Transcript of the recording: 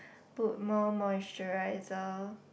put more moisturiser